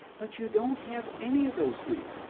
but you don't have any of those things.